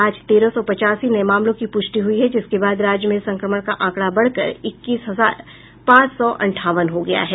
आज तेरह सौ पचासी नये मामलों की पुष्टि हुई जिसके बाद राज्य में संक्रमण का आंकड़ा बढ़कर इक्कीस हजार पांच सौ अंठावन हो गया है